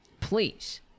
Please